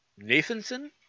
Nathanson